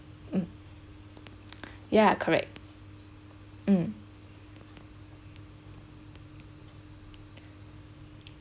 mm ya correct mm